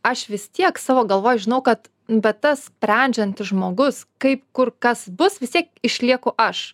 aš vis tiek savo galvoj žinau kad bet tas sprendžiantis žmogus kaip kur kas bus vis tiek išlieku aš